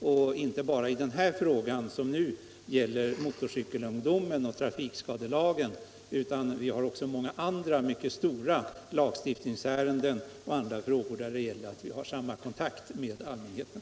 Det gäller inte bara 7 som i det här fallet motorcykelungdomen och trafikskadelagen, utan vi har många andra lagstiftningsärenden och andra frågor där det är viktigt att vi har kontakt med allmänheten.